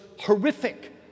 horrific